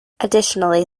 additionally